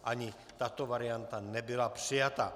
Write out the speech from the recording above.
Ani tato varianta nebyla přijata.